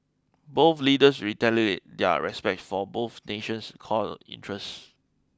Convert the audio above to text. both leaders reiterated their respect for both nation's core interests